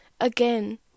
again